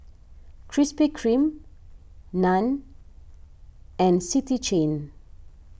Krispy Kreme Nan and City Chain